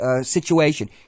situation